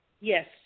Yes